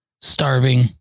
starving